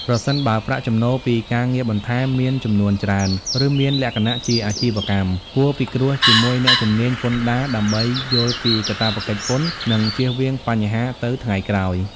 ប្រសិនបើប្រាក់ចំណូលពីការងារបន្ថែមមានចំនួនច្រើន ឬមានលក្ខណៈជាអាជីវកម្ម គួរពិគ្រោះជាមួយអ្នកជំនាញពន្ធដារដើម្បីយល់ពីកាតព្វកិច្ចពន្ធ និងជៀសវាងបញ្ហាទៅថ្ងៃក្រោយ។